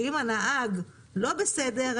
שאם הנהג לא בסדר,